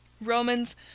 Romans